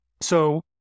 So-